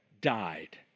died